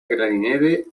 clarinete